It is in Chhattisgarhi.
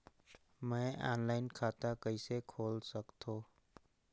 मैं ऑनलाइन खाता कइसे खोल सकथव?